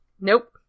Nope